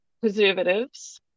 preservatives